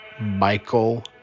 Michael